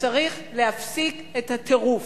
וצריך להפסיק את הטירוף.